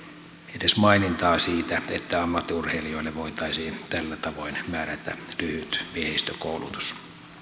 edes mainintaa siitä että ammattiurheilijoille voitaisiin tällä tavoin määrätä lyhyt miehistökoulutus